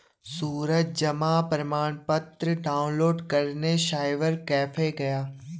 सूरज जमा प्रमाण पत्र डाउनलोड करने साइबर कैफे गया